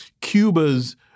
Cuba's